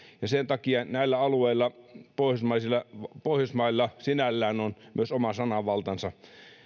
ja sen takia näillä alueilla pohjoismailla sinällään on myös oma sananvaltansa